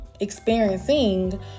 experiencing